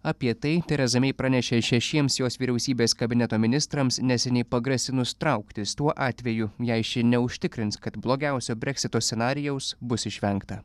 apie tai tereza mei pranešė šešiems jos vyriausybės kabineto ministrams neseniai pagrasinus trauktis tuo atveju jei ši neužtikrins kad blogiausio breksito scenarijaus bus išvengta